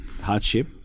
hardship